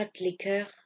liqueur